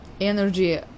energy